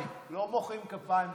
לא מוחאים כפיים במליאה.